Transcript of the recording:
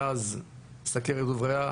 מאז הסוכרת הובראה,